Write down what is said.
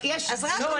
לא,